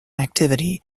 activity